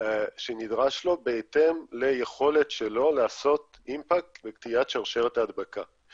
שנדרשת לו בהתאם ליכולת שלו לעשות אימפקט בקטיעת שרשרת ההדבקה.